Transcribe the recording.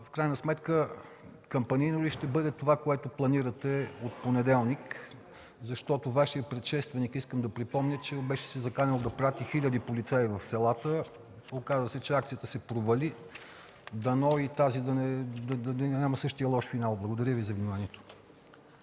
В крайна сметка кампанийно ли ще бъде това, което планирате в понеделник? Защото Вашият предшественик, искам да припомня, се беше заканил да прати хиляди полицаи в селата. Оказа се, че акцията се провали. Дано и тази да няма същия лош финал. Благодаря за вниманието.